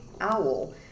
owl